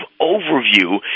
overview